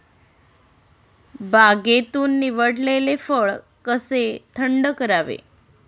बागेतून निवडलेले फळ कसे थंड करावे?